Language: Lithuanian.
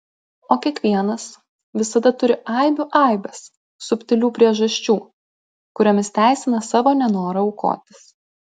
o kiekvienas visada turi aibių aibes subtilių priežasčių kuriomis teisina savo nenorą aukotis